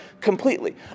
completely